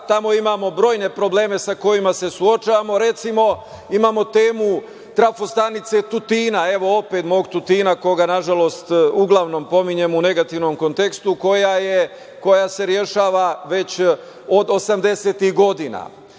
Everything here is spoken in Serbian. tamo imamo brojne probleme sa kojima se suočavamo. Recimo, imamo temu trafo stanice Tutina, evo opet mog Tutina, koga nažalost, uglavnom pominjem u negativnom kontekstu, koja se rešava već od osamdesetih godina.